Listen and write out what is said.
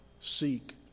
seek